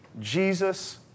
Jesus